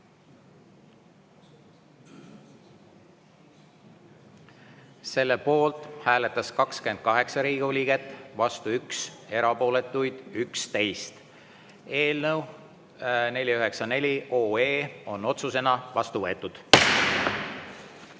Selle poolt hääletas 28 Riigikogu liiget, vastu oli 1 ja erapooletuid 11. Eelnõu 494 on otsusena vastu võetud.